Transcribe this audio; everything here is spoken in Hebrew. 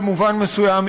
במובן מסוים,